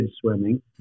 swimming